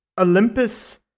Olympus